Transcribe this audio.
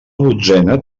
dotzena